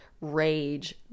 rage